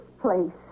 place